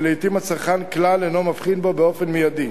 ולעתים הצרכן כלל אינו מבחין בו באופן מיידי.